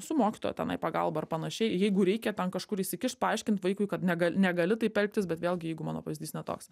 su mokytojo tenai pagalba ar panašiai jeigu reikia ten kažkur įsikišt paaiškint vaikui kad negal negali taip elgtis bet vėlgi jeigu mano pavyzdys ne toks